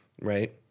Right